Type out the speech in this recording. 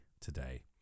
today